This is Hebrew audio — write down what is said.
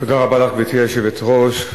גברתי היושבת-ראש,